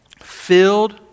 Filled